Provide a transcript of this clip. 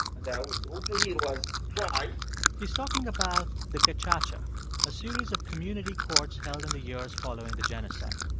the hutu hill was tried he's talking about the gacaca, a series of community courts held in the years following the genocide.